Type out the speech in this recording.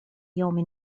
يوم